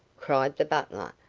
cried the butler,